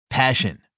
Passion